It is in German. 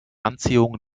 anziehung